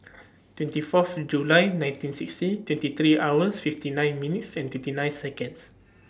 twenty Fourth July nineteen sixty twenty three hours fifty nine minutes and twenty nine Seconds